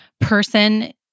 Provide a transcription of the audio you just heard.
person